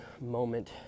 moment